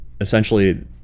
essentially